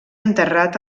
enterrat